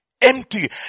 Empty